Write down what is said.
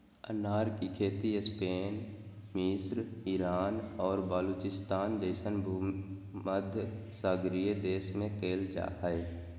अनार के खेती स्पेन मिस्र ईरान और बलूचिस्तान जैसन भूमध्यसागरीय देश में कइल जा हइ